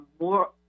more